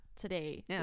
today